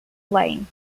flame